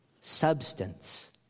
substance